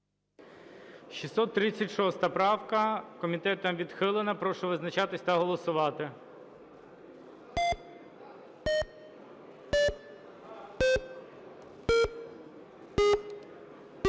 636 правка, комітетом відхилена. Прошу визначатись та голосувати.